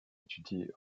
étudié